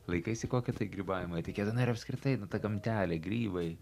laikaisi kokio tai grybavimo etiketo na ir apskritai nu ta gamtelė grybai